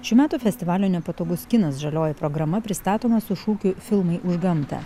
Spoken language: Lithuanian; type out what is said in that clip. šių metų festivalio nepatogus kinas žalioji programa pristatoma su šūkiu filmai už gamtą